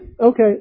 Okay